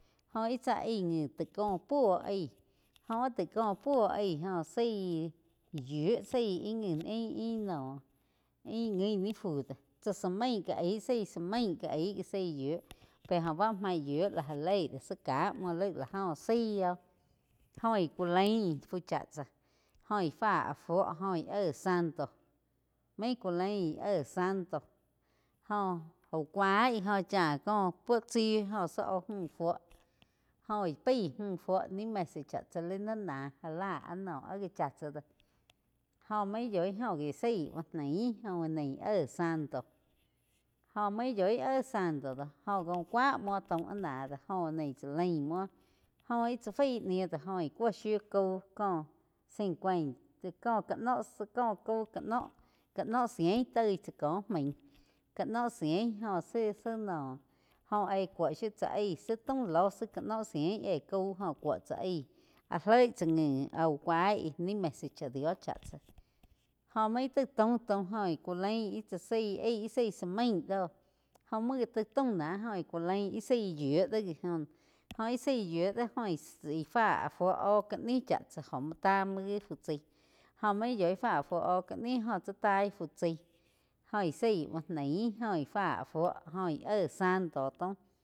Jó ih tzá ngui tai ko puo aig joh áh taig ko puo aig joh zaí yíu zaí íh ngi íh noh ain guin ni fu do tsá zá maih ká aig zái zá maig ká aig zaí yiu pe óh ba yiu la já leig zá ka uo laig la óh zai óh jóh aí ku lain fu chá tsá jó ih fá fúo óh ih éh santo main ku lain éh santo jo úh caig óh chá ko puo tsí zá oh múh fuo jó ih paí múh fuo ni mesa chá tsa li náh já la áh noh áh já chá tsá doh jó main yoi góh zaí úh naí óh gié éh santo óh main yoi éh santo do jo jau cuá muo taum áh na do joh nái tsá laim muo jó íh tsá fai níh do joh íh cuo shiu caú cóh cincuenta, co ca no có vau ka nóh-ka nóh cien toi tzzá ko maig ka no cien si noh jó aig cuo shiu tzá aig zi taum lóh zi ka noh cien éh cau jóh cuo tsá aig áh loig tsá ngi áh úh cuaig ni mesa cha dio chá jó main taig taum. Taum jó ih ku lain íh tsá zaí aí íh zaizá mai doh jó muo ga taig taum náh ku lain íh zaí yíu do gi oh ná óh ih zaí yiu do jó fá fuo óh ká ni cha tsá joh muo támuo gi fu tsaí óh main yoi fá fuo óh ka nih jó tsá tai fu chaí jó ih zaí uh naí jó ih fá fuo óh ih éh santo taum.